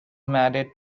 married